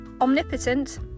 omnipotent